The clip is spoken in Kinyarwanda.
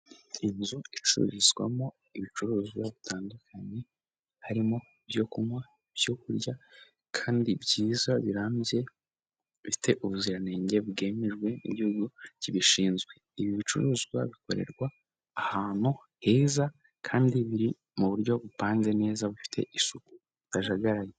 Inzu icururizwamo ibicuruzwa bitandukanye, harimo ibyo kunywa, ibyo kurya kandi byiza birambye, bifite ubuziranenge bwemejwe n'igihugu kibishinzwe, ibi bicuruzwa bikorerwa ahantu heza, kandi biri mu buryo bupanze neza bufite isuku akajagari...